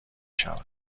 شود